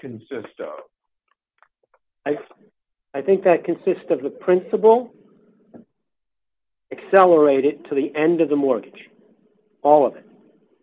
consist of i i think that consist of the principal accelerate it to the end of the mortgage all of it